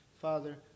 Father